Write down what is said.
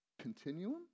continuum